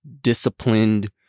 disciplined